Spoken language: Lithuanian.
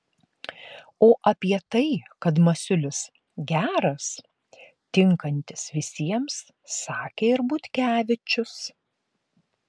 o apie tai kad masiulis geras tinkantis visiems sakė ir butkevičius